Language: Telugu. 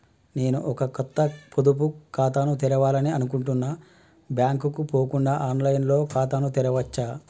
నేను ఒక కొత్త పొదుపు ఖాతాను తెరవాలని అనుకుంటున్నా బ్యాంక్ కు పోకుండా ఆన్ లైన్ లో ఖాతాను తెరవవచ్చా?